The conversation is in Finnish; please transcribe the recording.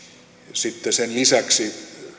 sitten sen lisäksi